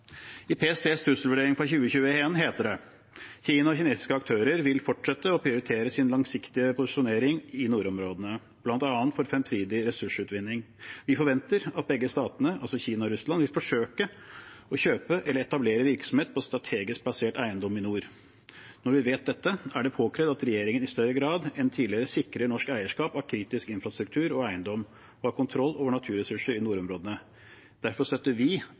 I PSTs trusselvurdering for 2021 heter det: «Kina og kinesiske aktører vil fortsette å prioritere sin langsiktige posisjonering i nordområdene, blant annet for fremtidig ressursutvinning. Vi forventer at begge statene» – altså Kina og Russland – «vil forsøke å kjøpe eller etablere virksomhet på strategisk plassert eiendom i nord.» Når vi vet dette, er det påkrevd at regjeringen i større grad enn tidligere sikrer norsk eierskap av kritisk infrastruktur og eiendom og har kontroll over naturressurser i nordområdene. Derfor støtter vi